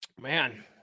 Man